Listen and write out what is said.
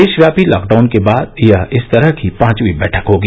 देशव्यापी लॉकडाउन के बाद यह इस तरह की पांचवीं बैठक होगी